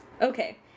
Okay